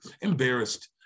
embarrassed